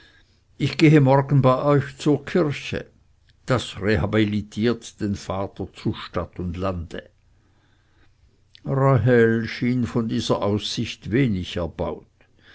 ich gehe morgen bei euch zur kirche das rehabilitiert den vater zu stadt und lande rahel schien von dieser aussicht wenig erbaut